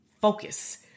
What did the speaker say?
focus